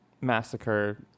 Massacre